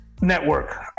network